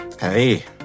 Hey